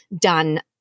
done